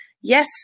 yes